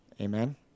Amen